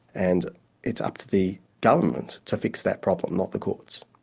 and it's up to the government to fix that problem, not the courts.